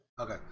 Okay